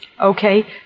okay